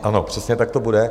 Ano, přesně tak to bude.